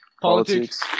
Politics